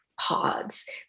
pods